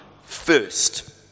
first